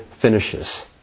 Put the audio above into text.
finishes